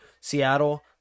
Seattle